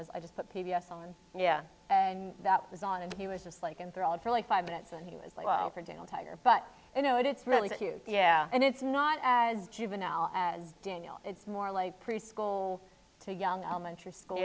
was i just put t v s on yeah and that was on and he was just like enthralled for like five minutes and he was like well for gentle tiger but you know it's really cute yeah and it's not as juvenile as daniel it's more like preschool to young elementary school